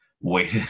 wait